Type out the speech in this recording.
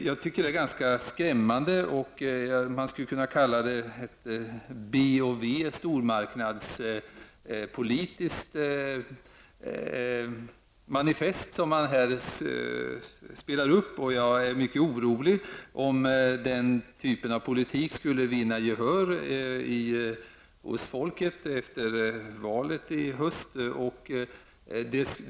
Jag tycker att det är ganska skrämmande, och man skulle kunna kalla det för ett B & W-stormarknadspolitiskt manifest som man här spelar upp. Jag är mycket orolig för att den typen av politik skall vinna gehör hos folket efter valet i höst.